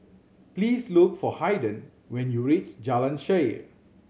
please look for Haiden when you reach Jalan Shaer